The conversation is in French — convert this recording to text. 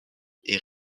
est